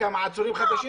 כמה עצורים חדשים,